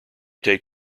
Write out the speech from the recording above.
take